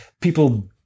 people